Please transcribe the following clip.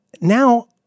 Now